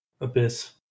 abyss